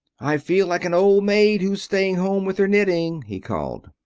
i feel like an old maid who's staying home with her knitting, he called.